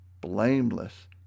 blameless